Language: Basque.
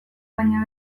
baina